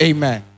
Amen